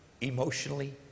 emotionally